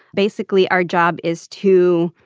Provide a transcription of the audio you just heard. basically our job is to.